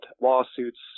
lawsuits